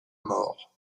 mort